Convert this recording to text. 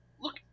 Look